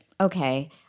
Okay